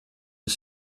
was